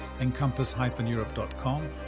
encompass-europe.com